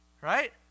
Right